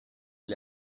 gli